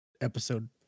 episode